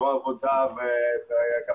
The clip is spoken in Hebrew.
זה אגף שכר ותקציבים,